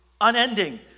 unending